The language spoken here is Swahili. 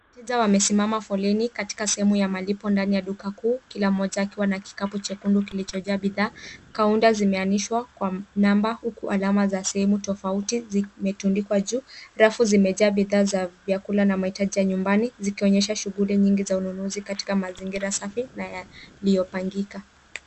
Wateja wamesiama foleni katika sehemu ya malipo ndan ya duka kuu kila mmoja akiwa na kikapu chekundu kilichojaa bidhaa, kaunta zimehang'ishwa kwa namba huku alama za sehemu tofauti zimetundikwa juu. Rafu zimejaa bidhaa za vyakula na mahitaji ya nyumbani zikionyesha shughuli nyingi za ununuzi katika mazingira safi na yaliyopangika.